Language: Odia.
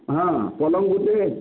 ହଁ ପଲଙ୍କ୍ ଗୁଟେ